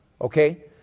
okay